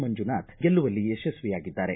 ಮುಂಜುನಾಥ ಗೆಲ್ಲುವಲ್ಲಿ ಯಶಸ್ವಿಯಾಗಿದ್ದಾರೆ